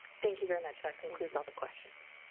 thank you very much that concludes all the questions.